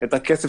את הכסף